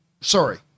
sorry